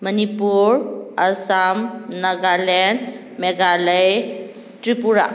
Manipur Assam Nagaland Meghalaya Tripura